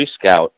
Scout